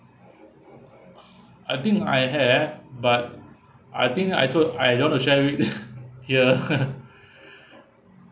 I think I have but I think I also I don't want to share it here